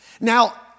Now